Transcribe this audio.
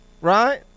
right